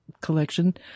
collection